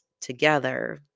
together